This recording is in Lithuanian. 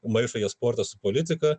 maišo jie sportą su politika